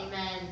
Amen